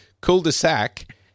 cul-de-sac